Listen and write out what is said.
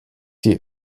die